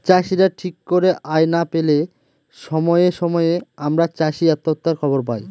চাষীরা ঠিক করে আয় না পেলে সময়ে সময়ে আমরা চাষী আত্মহত্যার খবর পায়